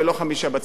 ולא חמישה בצפון.